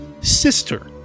sister